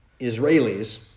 Israelis